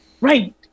Right